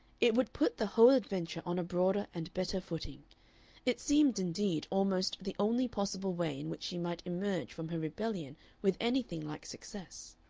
it would put the whole adventure on a broader and better footing it seemed, indeed, almost the only possible way in which she might emerge from her rebellion with anything like success.